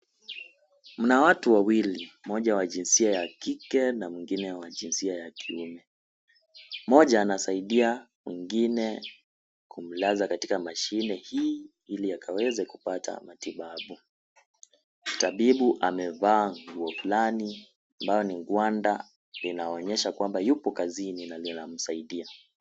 Mna watu wawili, mmoja wa jinsia ya kike na mwingine wa jinsia ya kiume. Mmoja anasaidia mwingine kumlaza katika mashine hii, ili akaweze kupata matibabu. Tabibu amevaa nguo fulani, ambayo ni gwanda, inaonyesha kwamba yupo kazini na linamsaidia.